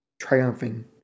triumphing